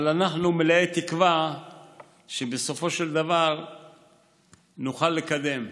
אבל אנחנו מלאי תקווה שבסופו של דבר נוכל לקדם.